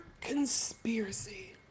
conspiracy